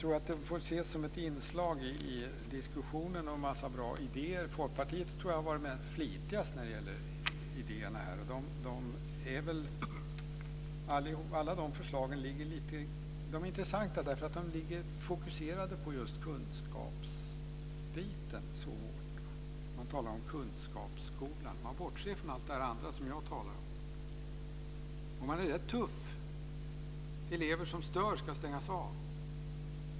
Dessa motioner får ses som ett inslag i diskussionerna med en mängd bra idéer. Folkpartiet har varit flitigast med idéer. Alla förslagen är intressanta. De är fokuserade på just kunskapsbiten. De talar om kunskapsskolan. De bortser från allt det som jag har talat om. De är rätt tuffa. Elever som stör ska stängas av!